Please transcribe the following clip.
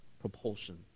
propulsion